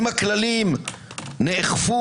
אם הכללים נאכפו,